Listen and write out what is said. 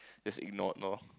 just ignored lor